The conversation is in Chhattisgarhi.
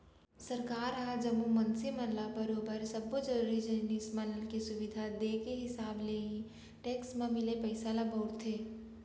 सरकार ह जम्मो मनसे मन ल बरोबर सब्बो जरुरी जिनिस मन के सुबिधा देय के हिसाब ले ही टेक्स म मिले पइसा ल बउरथे